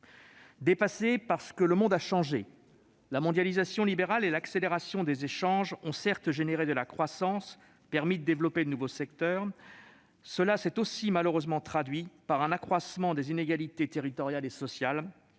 dépassés, parce que le monde a changé. La mondialisation libérale et l'accélération des échanges ont, certes, généré de la croissance et permis de développer de nouveaux secteurs, mais elles se sont aussi malheureusement traduites par un accroissement des inégalités territoriales et sociales